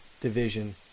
division